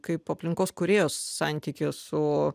kaip aplinkos kūrėjos santykį su